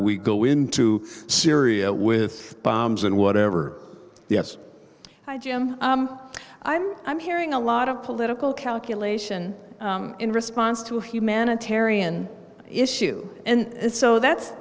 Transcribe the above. we go into syria with bombs and whatever yes hi jim i'm i'm hearing a lot of political calculation in response to humanitarian issue and so that's